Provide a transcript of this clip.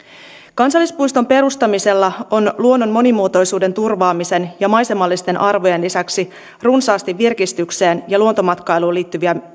kansallispuiston perustamisella on luonnon monimuotoisuuden turvaamisen ja maisemallisten arvojen lisäksi runsaasti virkistykseen ja luontomatkailuun liittyviä